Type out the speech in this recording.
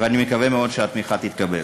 אני מקווה מאוד שהתמיכה תתקבל.